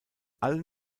allen